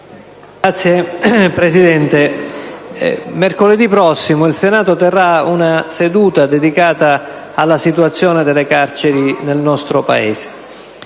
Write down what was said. Signor Presidente, mercoledì prossimo il Senato terrà una seduta dedicata alla situazione delle carceri nel nostro Paese.